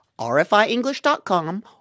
rfienglish.com